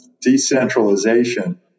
decentralization